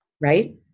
Right